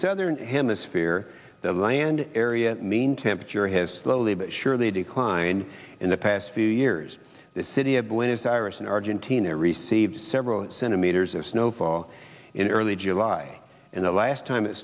southern hemisphere the land area mean temperature has slowly but surely declined in the past few years the city of blinis iris in argentina received several centimeters of snowfall in early july and the last time it